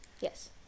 Yes